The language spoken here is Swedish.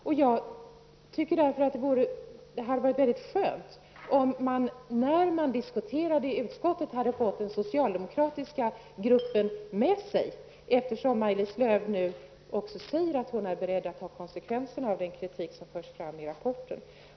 Det hade därför varit mycket skönt om vi vid diskussionen i utskottet hade fått den socialdemokratiska gruppen med oss, eftersom Maj-Lis Lööw nu säger att hon är beredd att ta konsekvenserna av den kritik som förs fram i rapporten.